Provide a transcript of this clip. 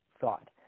thought